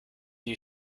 you